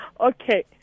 Okay